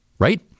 Right